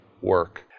work